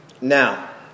Now